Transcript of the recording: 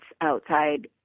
outside